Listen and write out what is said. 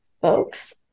folks